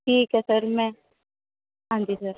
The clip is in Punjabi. ਠੀਕ ਹੈ ਸਰ ਮੈਂ ਹਾਂਜੀ ਸਰ